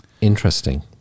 interesting